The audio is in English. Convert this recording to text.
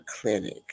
clinic